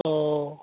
अह